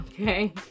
Okay